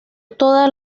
todas